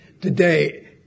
Today